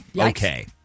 okay